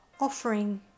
offering